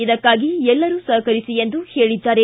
ಇದಕ್ಕಾಗಿ ಎಲ್ಲರೂ ಸಹಕರಿಸಿ ಎಂದು ಹೇಳಿದ್ದಾರೆ